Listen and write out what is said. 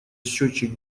счетчик